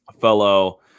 fellow